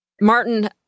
Martin